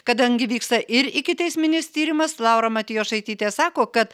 kadangi vyksta ir ikiteisminis tyrimas laura matjošaitytė sako kad